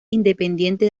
independiente